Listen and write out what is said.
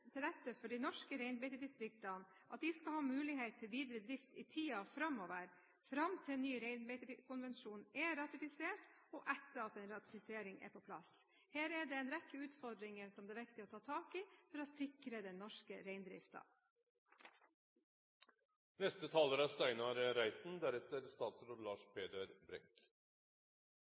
til rette for at de norske reinbeitedistriktene skal ha mulighet for videre drift i tiden framover, fram til en ny reinbeitekonvensjon er ratifisert – og etter at en ratifisering er på plass. Her er det en rekke utfordringer som det er viktig å ta tak i for å sikre den norske reindriften. Reindriftspolitikk er